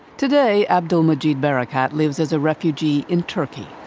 today, abdel-majid barakat lives as a refugee in turkey.